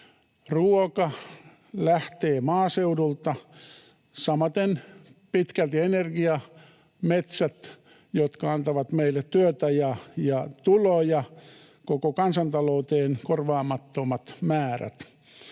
Ruoka lähtee maaseudulta, samaten pitkälti energia, metsät, jotka antavat meille työtä ja tuloja koko kansantalouteen korvaamattomat määrät.